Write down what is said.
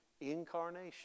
incarnation